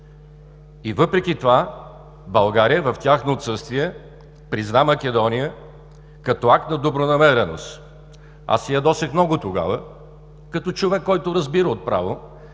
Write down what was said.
Въпреки това, България, в тяхно отсъствие, призна Македония като акт на добронамереност. Аз се ядосах много тогава като човек, който разбира от право,